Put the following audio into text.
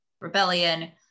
rebellion